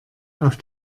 auf